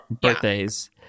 birthdays